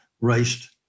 raced